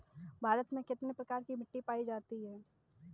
भारत में कितने प्रकार की मिट्टी पायी जाती है?